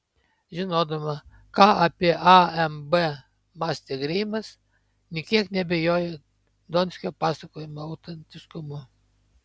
žinodama ką apie amb mąstė greimas nė kiek neabejoju donskio pasakojimo autentiškumu